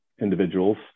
individuals